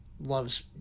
Love's